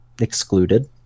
excluded